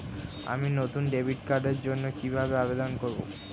আমি নতুন ডেবিট কার্ডের জন্য কিভাবে আবেদন করব?